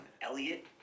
Elliot